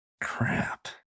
Crap